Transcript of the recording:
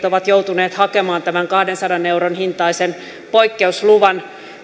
ovat joutuneet hakemaan tämän kahdensadan euron hintaisen poikkeusluvan